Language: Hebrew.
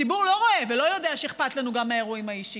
הציבור לא רואה ולא יודע שאכפת לנו גם מהאירועים האישיים,